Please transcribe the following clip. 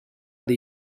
dei